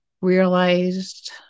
realized